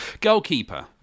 goalkeeper